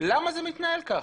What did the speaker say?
למה זה מתנהל ככה?